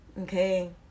Okay